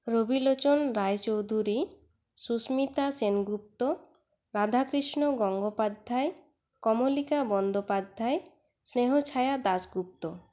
Rabilochan Roychowdhury Susmita Sengupta Radhakrishna Gangopadhyay Kamalika Bandyopadhyay Snehachhaya Dasgupta